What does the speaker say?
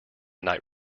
knight